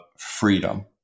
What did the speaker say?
freedom